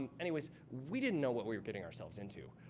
and anyways, we didn't know what we were getting ourselves into.